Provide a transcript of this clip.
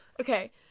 okay